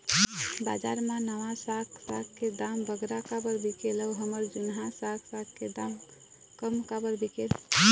बजार मा नावा साग साग के दाम बगरा काबर बिकेल अऊ हमर जूना साग साग के दाम कम काबर बिकेल?